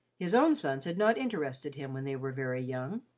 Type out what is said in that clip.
his own sons had not interested him when they were very young,